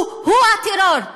הוא-הוא הטרור.